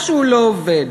משהו לא עובד.